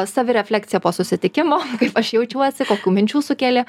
savireflekcija po susitikimo kaip aš jaučiuosi kokių minčių sukėlė